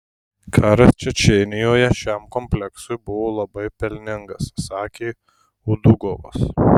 karas čečėnijoje šiam kompleksui buvo labai pelningas sakė udugovas